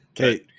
okay